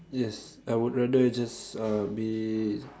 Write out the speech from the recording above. yes I would rather just uh be